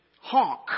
honk